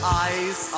eyes